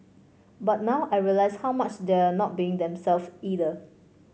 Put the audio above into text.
but now I realise how much they're not being themselves either